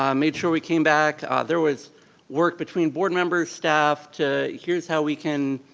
um made sure we came back. there was work between board members, staff, to, here's how we can,